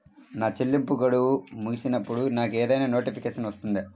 నా చెల్లింపు గడువు ముగిసినప్పుడు నాకు ఏదైనా నోటిఫికేషన్ వస్తుందా?